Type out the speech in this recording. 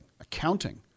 accounting